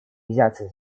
взяться